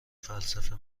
فلسفه